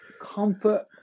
comfort